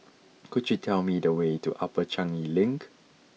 could you tell me the way to Upper Changi Link